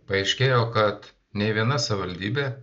paaiškėjo kad nė viena savivaldybė